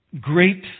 great